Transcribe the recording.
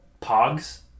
Pogs